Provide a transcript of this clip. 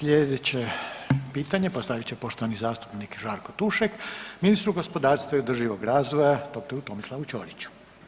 Slijedeće pitanje postavit će poštovani zastupnik Žarko Tušek ministru gospodarstva i održivog razvoja dr. Tomislavu Ćoriću.